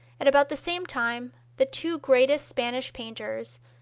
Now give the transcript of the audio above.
at about the same time, the two greatest spanish painters,